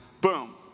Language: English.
boom